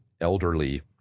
elderly